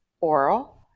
oral